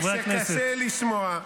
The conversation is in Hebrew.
אני מבין שקשה לשמוע.